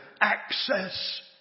access